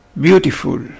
beautiful